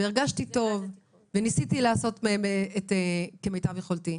והרגשתי טוב וניסיתי לעשות כמיטב יכולתי.